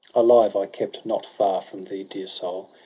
alive i kept not far from thee, dear soul!